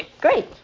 Great